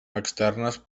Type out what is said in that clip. externes